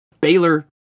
Baylor